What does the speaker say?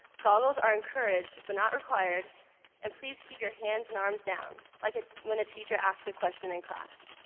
goggles are encouraged but not required and please keep your hands and arms down like ah when a teacher asks a question in class